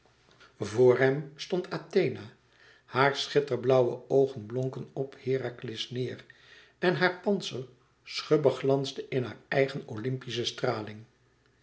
voor hem stond athena haar schitter blauwe oogen blonken op herakles neêr en haar pantser schubbeglansde in haar eigen olympische straling